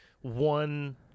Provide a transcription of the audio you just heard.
one-